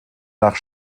nach